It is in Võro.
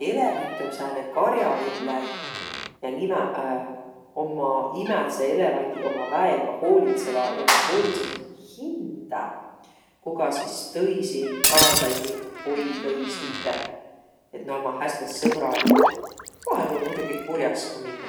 Elevant om sääne kar'aelläi. Ja nimäq ommaq, imädseq elevandiq ommaq väega hoolitsõvaq ja nä hoolitsõsõq nii hindä ku ka sis tõisi kaaslaisi poigõ iist üteh. Et nä ommaq häste sõbraliguq. Vahel võivaq muidoki kur'as ka minnäq.